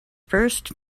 first